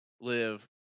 live